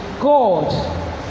God